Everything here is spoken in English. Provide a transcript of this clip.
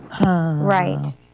right